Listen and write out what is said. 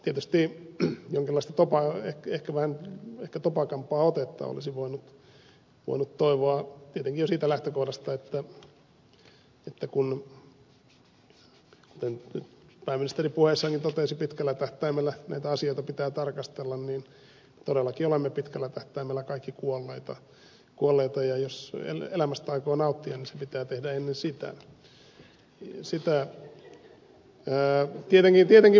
tietysti jonkinlaista ehkä vähän topakampaa otetta olisi voinut toivoa tietenkin jo siitä lähtökohdasta että kuten nyt pääministeri puheessaankin totesi että pitkällä tähtäimellä näitä asioita pitää tarkastella todellakin olemme pitkällä tähtäimellä kaikki kuolleita ja jos elämästä aikoo nauttia se pitää tehdä ennen sitä